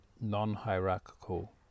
non-hierarchical